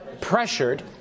pressured